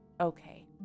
okay